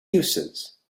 uses